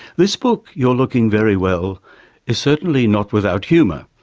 this book you're looking very well is certainly not without humour.